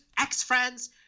ex-friends